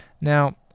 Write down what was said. Now